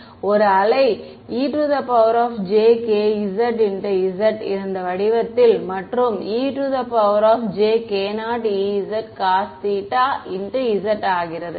பின்னர் ஒரு wave e jkzz இருந்த வடிவத்தில் மற்றும் e jkoezcosϴ z ஆகிறது